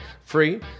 free